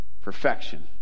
perfection